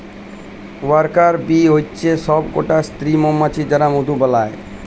worker bee হচ্যে সব কটা স্ত্রী মমাছি যারা মধু বালায়